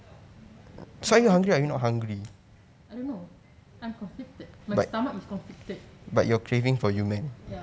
I don't know I'm conflicted my stomach is conflicted ya